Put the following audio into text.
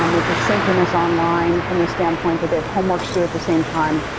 um it's a synchronous online from the standpoint that they have homeworks due at the same time,